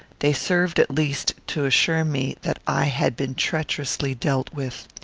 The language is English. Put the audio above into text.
they served, at least, to assure me that i had been treacherously dealt with.